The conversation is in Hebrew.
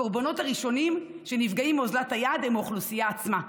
הקורבנות הראשונים שנפגעים מאוזלת היד הם האוכלוסייה עצמה,